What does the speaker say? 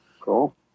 Cool